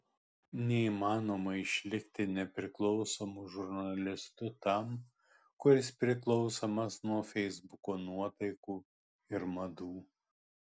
neįmanoma išlikti nepriklausomu žurnalistu tam kuris priklausomas nuo feisbuko nuotaikų ir madų